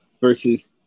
versus